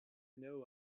know